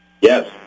Yes